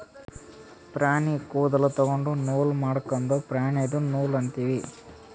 ಪ್ರಾಣಿ ಕೂದಲ ತೊಗೊಂಡು ನೂಲ್ ಮಾಡದ್ಕ್ ಪ್ರಾಣಿದು ನೂಲ್ ಅಂತೀವಿ